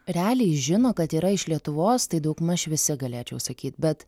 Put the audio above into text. realiai žino kad yra iš lietuvos tai daugmaž visi galėčiau sakyt bet